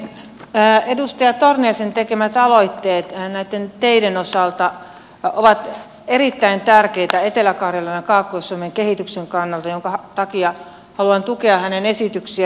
edustaja torniaisen tekemät aloitteet näitten teiden osalta ovat erittäin tärkeitä etelä karjalan ja kaakkois suomen kehityksen kannalta minkä takia haluan tukea hänen esityksiään